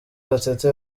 gatete